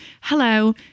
hello